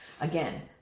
Again